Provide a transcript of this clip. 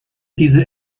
diese